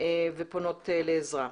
ופונות לעזרה.